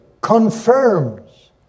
confirms